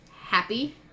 happy